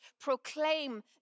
proclaim